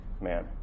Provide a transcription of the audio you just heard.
man